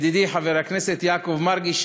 ידידי חבר הכנסת יעקב מרגי,